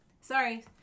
Sorry